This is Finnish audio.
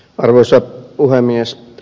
arvoisa puhemies